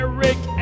Eric